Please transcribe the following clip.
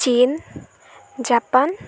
China Japan